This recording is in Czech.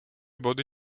body